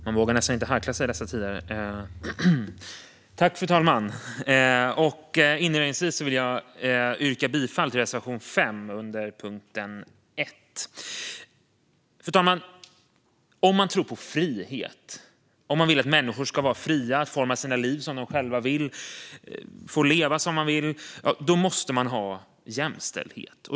Fru talman! Inledningsvis yrkar jag bifall till reservation 5 under punkt 1. Fru talman! Om man tror på frihet och vill att människor ska vara fria att forma sina liv som de själva vill - få leva som de vill - måste man ha jämställdhet.